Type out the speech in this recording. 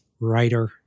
writer